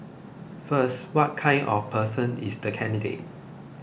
first what kind of person is the candidate